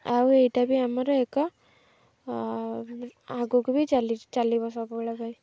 ଆଉ ଏଇଟା ବି ଆମର ଏକ ଆଗକୁ ବି ଚାଲି ଚାଲିବ ସବୁବେଳ ପାଇଁ